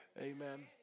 Amen